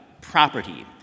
property